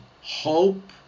hope